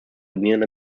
indian